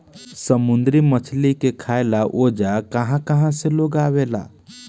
समुंद्री मछली के खाए ला ओजा कहा कहा से लोग आवेला